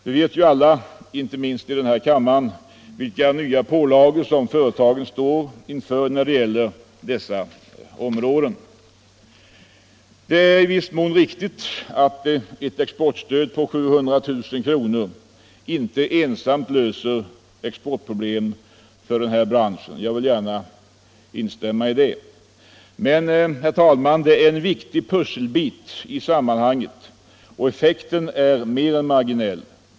Vi vet alla, icke minst i denna kammare, vilka nya pålagor som företagen står inför när det gäller dessa områden. Det är i viss mån riktigt att ett exportstöd på 700 000 kr. inte ensamt löser exportproblemen för den här branschen — jag vill gärna instämma i det. Men det är en viktig pusselbit i sammanhanget, och effekten är mer än marginell.